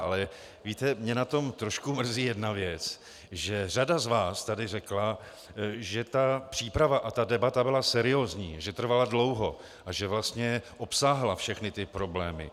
Ale víte, mě na tom trošku mrzí jedna věc, že řada z vás tady řekla, že ta příprava a debata byla seriózní, že trvala dlouho a že vlastně obsáhla všechny ty problémy.